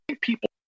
People